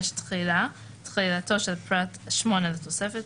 תחילה 5. תחילתו של פרט (8) לתוספת,